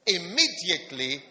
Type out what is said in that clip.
immediately